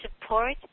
support